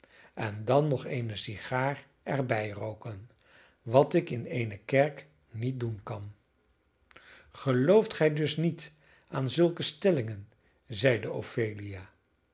en dan nog eene sigaar er bij rooken wat ik in eene kerk niet doen kan gelooft gij dus niet aan zulke stellingen zeide ophelia